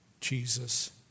Jesus